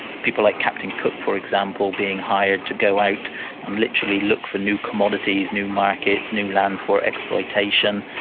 people like captain cook, for example, being hired to go out and literally look for new commodities, new markets, new lands for exploitation.